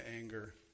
anger